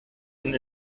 und